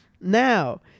Now